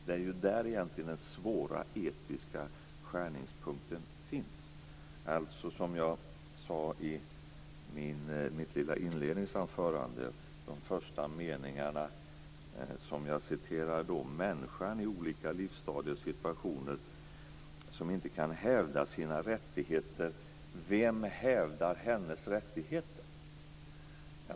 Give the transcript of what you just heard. Det är ju egentligen där som den svåra etiska skärningspunkten finns. I mitt lilla inledningsanförande talade jag om att människan i olika livsstadier och situationer inte kan hävda sina rättigheter. Vem hävdar hennes rättigheter?